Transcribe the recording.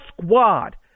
squad